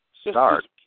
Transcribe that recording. start